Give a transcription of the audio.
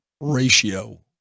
ratio